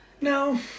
No